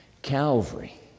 Calvary